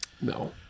No